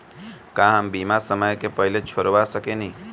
का हम बीमा समय से पहले छोड़वा सकेनी?